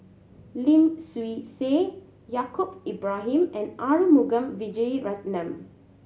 Lim Swee Say Yaacob Ibrahim and Arumugam Vijiaratnam